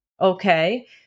okay